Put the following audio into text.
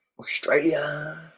Australia